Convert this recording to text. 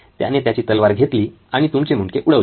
त्याने त्याची तलवार घेतली आणि तुमचे मुंडके उडवले